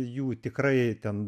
jų tikrai ten